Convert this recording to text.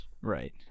right